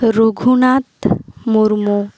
Raghunath Murmu